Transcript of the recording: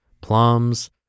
plums